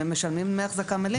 הם משלמים דמי אחזקה מלאים.